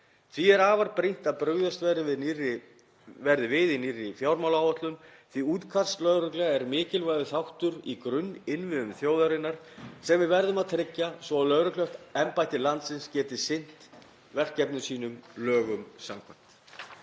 Því er afar brýnt að brugðist verði við í nýrri fjármálaáætlun því útkallslögregla er mikilvægur þáttur í grunninnviðum þjóðarinnar sem við verðum að tryggja svo lögregluembætti landsins geti sinnt verkefnum sínum lögum samkvæmt.